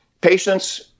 patients